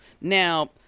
Now